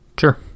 Sure